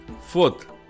Fourth